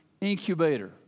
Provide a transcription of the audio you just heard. incubator